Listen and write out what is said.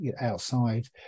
outside